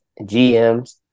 GMs